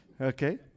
Okay